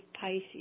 Pisces